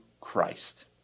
Christ